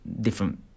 different